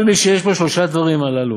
כל מי שיש בו שלושה דברים הללו,